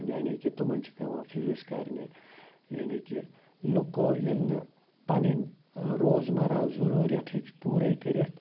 یعنی کہِ تمَن چھِ پٮ۪وان فیس کَرنہِ یعنی کہِ لُکو ییٚلہِ نہٕ پَنٕنۍ روزمَرہ ضروٗریَتھ ہیٚچ پوٗرے کٔرِتھ